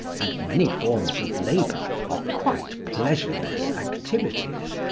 and many forms of labour are quite pleasureless activities,